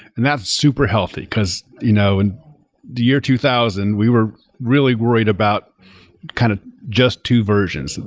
and that's super healthy, because you know in the year two thousand, we were really worried about kind of just two versions. and